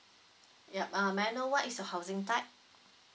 yup um may I know what is the housing type